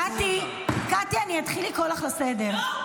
קטי, אני אתחיל לקרוא אותך לסדר.